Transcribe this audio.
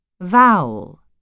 Vowel